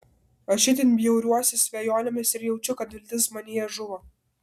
aš itin bjauriuosi svajonėmis ir jaučiu kad viltis manyje žuvo